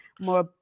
more